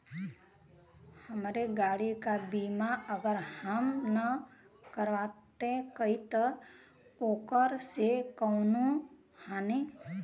हमरे गाड़ी क बीमा अगर हम ना करावत हई त ओकर से कवनों हानि?